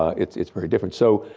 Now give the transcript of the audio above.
ah it's it's very different so,